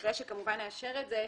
אחרי שכמובן נאשר את זה,